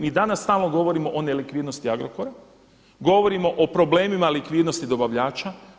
Mi danas stalno govorimo o nelikvidnosti Agrokora, govorimo o problemima likvidnosti dobavljača.